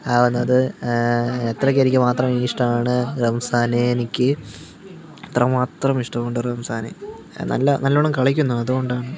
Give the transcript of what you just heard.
ആണത് അത്രക്ക് എനിക്ക് മാത്രം എനിക്ക് ഇഷ്ടമാണ് റംസാനെ എനിക്ക് അത്ര മാത്രം ഇഷ്ടം ഉണ്ട് റംസാനെ നല്ല നല്ലവണ്ണം കളിക്കുന്നു അതുകൊണ്ടാണ്